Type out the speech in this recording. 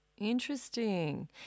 Interesting